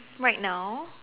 right now